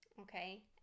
Okay